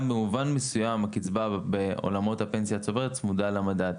במובן מסוים הקצבה בעולמות הפנסיה הצובר צמודה למדד.